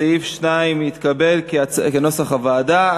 סעיף 2 התקבל כנוסח הוועדה.